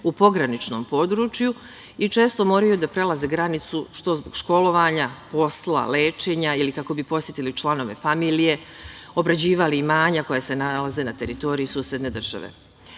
u pograničnom području i često moraju da prelaze granicu, što zbog školovanja, posla, lečenja ili kako bi posetili članove familije, obrađivali imanja koja se nalaze na teritoriji susedne